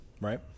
right